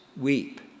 weep